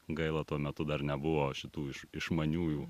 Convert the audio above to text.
gaila tuo metu dar nebuvo šitų iš išmaniųjų